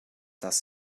das